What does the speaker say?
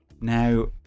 Now